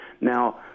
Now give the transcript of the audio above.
Now